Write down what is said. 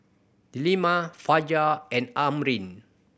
Delima Fajar and Amrin